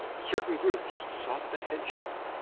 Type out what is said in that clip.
certain groups sought the headship.